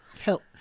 Help